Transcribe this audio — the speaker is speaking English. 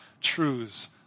truths